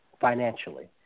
financially